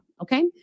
Okay